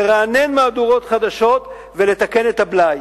לרענן מהדורות חדשות ולתקן את הבלאי.